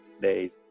days